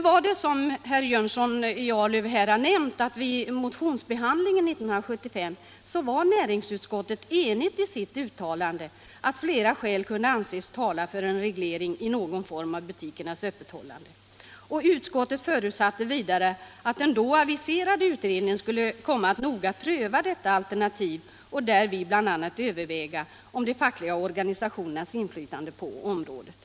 Vid motionsbehandlingen 1975 var näringsutskottet som herr Jönsson i Arlöv nämnde enigt i sitt uttalande att flera skäl kunde anses tala för en reglering i någon form av butikernas öppethållande. Utskottet förutsatte vidare att den då aviserade utredningen skulle komma att noga pröva detta alternativ och därvid bl.a. överväga de fackliga organisationernas inflytande på området.